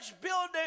building